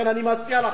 לכן אני מציע לכם,